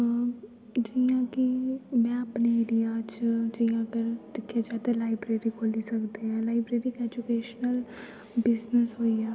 जियां की में अपने एरिया च जे दिक्खेआ जा ते लाइबरेरी खोली सकदे लाईबरेरी ऐजिकेशनल बिजनस होया